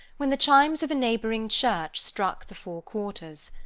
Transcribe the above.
when the chimes of a neighbouring church struck the four quarters.